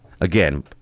Again